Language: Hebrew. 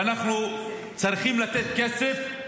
ואנחנו צריכים לתת כסף,